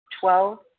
Twelve